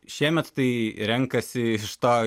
šiemet tai renkasi iš to